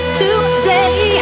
today